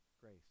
grace